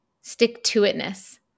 stick-to-itness